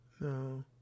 No